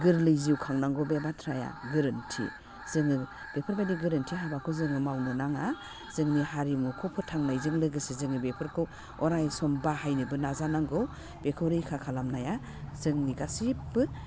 गोरलै जिउ खांनांगौ बे बाथ्राया गोरोन्थि जोङो बेफोरबायदि गोरोन्थि हाबाखौ जोङो मावनो नाङा जोंनि हारिमुखौ फोथांनायजों लोगोसे जोङो बेफोरखौ अराय सम बाहायनोबो नाजानांगौ बेखौ रैखा खालामनाया जोंनि गासिब्बो